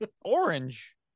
Orange